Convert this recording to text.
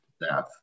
death